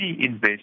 invest